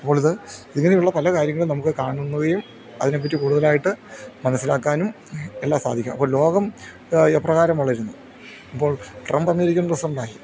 അപ്പോളിത് ഇങ്ങനെയുള്ള പല കാര്യങ്ങളും നമുക്ക് കാണുകയും അതിനെപ്പറ്റി കൂടുതലായിട്ട് മനസ്സിലാക്കാനും എല്ലാം സാധിക്കും അപ്പം ലോകം എപ്രകാരം വളരുന്നു ഇപ്പോൾ ട്രമ്പ് അമേരിക്കൻ പ്രെസഡെൻറ്റ് ആയി